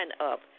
up